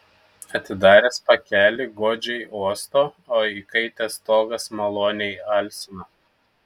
atidaręs pakelį godžiai uosto o įkaitęs stogas maloniai alsina